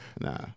Nah